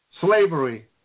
slavery